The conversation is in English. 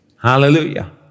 Hallelujah